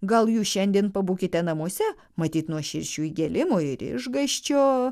gal jūs šiandien pabūkite namuose matyt nuo širšių įgėlimo ir išgąsčio